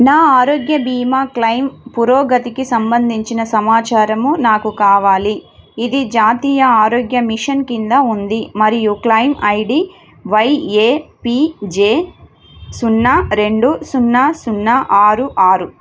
నా ఆరోగ్య బీమా క్లైమ్ పురోగతికి సంబంధించిన సమాచారము నాకు కావాలి ఇది జాతీయ ఆరోగ్య మిషన్ కింద ఉంది మరియు claim I D Y A P J సున్నా రెండు సున్నా సున్నా ఆరు ఆరు